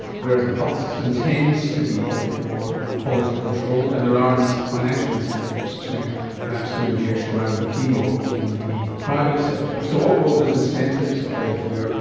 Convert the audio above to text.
whereas the public system tends to be a bit more quality controlled, and there are financial incentives to perhaps do the extra round of chemo in the private sector. so what role does incentives play here,